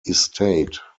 estate